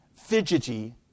fidgety